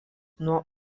nuo